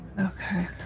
okay